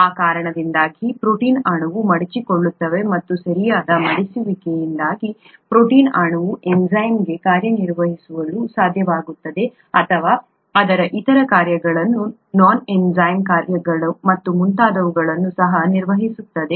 ಆ ಕಾರಣದಿಂದಾಗಿ ಪ್ರೋಟೀನ್ ಅಣುವು ಮಡಚಿಕೊಳ್ಳುತ್ತದೆ ಮತ್ತು ಸರಿಯಾದ ಮಡಿಸುವಿಕೆಯಿಂದಾಗಿ ಪ್ರೋಟೀನ್ ಅಣುವು ಎನ್ಝೈಮ್ ಆಗಿ ಕಾರ್ಯನಿರ್ವಹಿಸಲು ಸಾಧ್ಯವಾಗುತ್ತದೆ ಅಥವಾ ಅದರ ಇತರ ಕಾರ್ಯಗಳು ನಾನ್ ಎಂಜೈಮ್ಯಾಟಿಕ್ ಕಾರ್ಯಗಳು ಮತ್ತು ಮುಂತಾದವುಗಳನ್ನು ಸಹ ನಿರ್ವಹಿಸುತ್ತದೆ